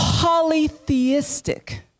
polytheistic